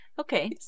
Okay